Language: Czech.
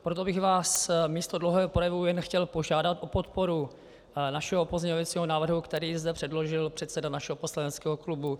Proto bych vás místo dlouhého projevu jen chtěl požádat o podporu našeho pozměňovacího návrhu, který zde předložil předseda našeho poslaneckého klubu.